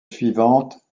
suivante